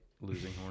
losing